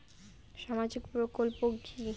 সামাজিক প্রকল্প কি?